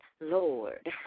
Lord